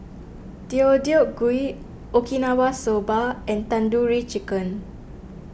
Deodeok Gui Okinawa Soba and Tandoori Chicken